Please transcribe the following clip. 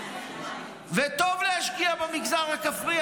וטוב להשקיע במגזר הכפרי,